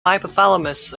hypothalamus